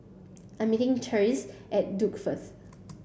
I'm meeting Tressie at Duke first